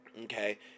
okay